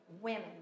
women